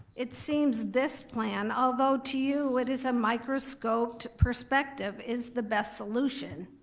it seems this plan, although to you it is a microscoped perspective, is the best solution.